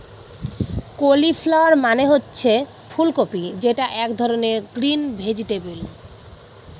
cauliflower মানে হচ্ছে ফুল কপি যেটা এক ধরনের গ্রিন ভেজিটেবল